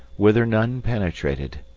whither none penetrated.